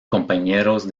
compañeros